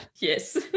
yes